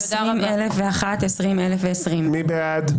20,001 עד 20,000. מי בעד?